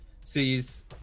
sees